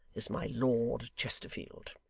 is my lord chesterfield